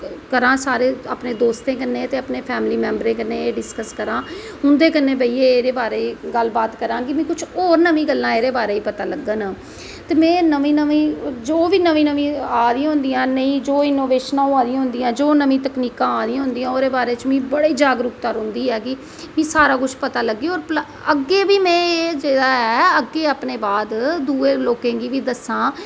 करां अपने सारे दोस्तें कन्नै ते पूरी फैमिली मेंबरें कन्नै एह् डिसकस करां ते उंदे कन्नै बेहियै उंदे कन्नै एह् गल्ल बात करां की कुछ होर नमीं गल्लां एह्दे बारै ई पता लग्गन ते में नमीं नमीं जो बी आ दियां होंदियां न जो बी इनोवेशनां होआ दियां होंदियां जो बी नमीं तकनीकां ओह्दे बारै च मिगी बड़ी ई जागरूकता रौंहदी ऐ की सारा कुछ पता लग्गी जा होर अग्गें बी में एह् ऐ अग्गें अपने बाद दूऐ लोकें गी बी दस्सां